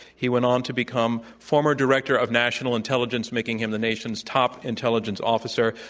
he went on to become former director of national intelligence, making him the nation's top intelligence officer.